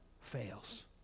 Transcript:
fails